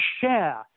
share